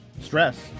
stress